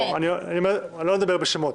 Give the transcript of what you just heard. לא נדבר בשמות.